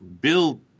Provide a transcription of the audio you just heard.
build